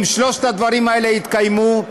אם שלושת הדברים האלה יתקיימו,